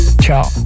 Ciao